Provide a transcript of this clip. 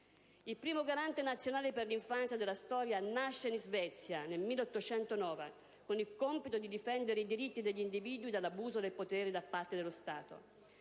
Il primo Garante nazionale per l'infanzia della storia nasce in Svezia nel 1809, con il compito di difendere i diritti degli individui dall'abuso di potere da parte dello Stato.